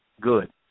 good